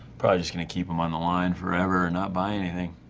probably just keep him on the line forever and not buy anything.